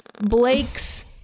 Blake's